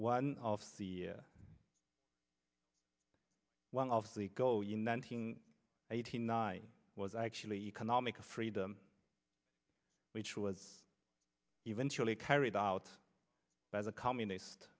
one of the one of the go you nine hundred eighty nine was actually economic freedom which was eventually carried out by the communist